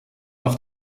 auf